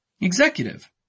Executive